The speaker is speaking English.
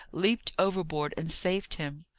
leaped overboard, and saved him.